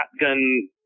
shotgun